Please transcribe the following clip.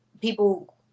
people